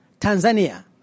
Tanzania